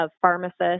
pharmacists